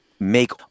make